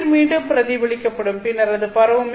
கதிர் மீண்டும் பிரதிபலிக்கப்படும் பின்னர் அது பரவும்